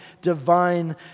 divine